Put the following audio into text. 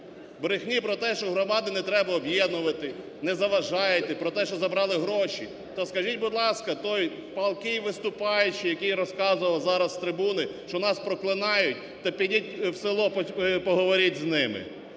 Брехні про те, що громади не треба об'єднувати, не заважайте, про те, що забрали гроші. То скажіть, будь ласка, той палкий виступаючий, який розказував зараз з трибуни, що нас проклинають, то підіть у село, поговоріть з ними.